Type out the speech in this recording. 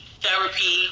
therapy